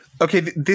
Okay